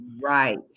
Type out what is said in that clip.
Right